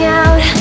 out